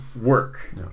work